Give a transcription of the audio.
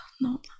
no